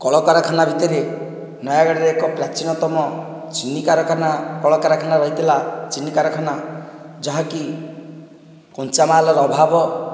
କଳକାରଖାନା ଭିତରେ ନୟାଗଡ଼ରେ ଏକ ପ୍ରାଚୀନତମ ଚିନି କାରଖାନା କଳକାରଖାନା ରହିଥିଲା ଚିନି କାରଖାନା ଯାହାକି କଞ୍ଚା ମାଲ୍ ର ଅଭାବ